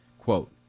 Quote